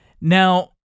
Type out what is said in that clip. Now